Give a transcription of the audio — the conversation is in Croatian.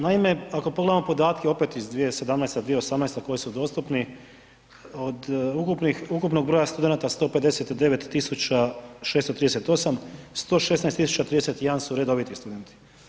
Naime, ako pogledamo podatke opet iz 2017., 2018. koji su dostupni, od ukupnog broja studenata, 159 638, 116 031 su redoviti studenti.